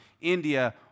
India